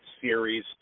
Series